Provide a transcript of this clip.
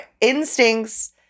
instincts